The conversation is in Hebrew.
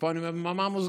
ופה אני אומר במאמר מוסגר,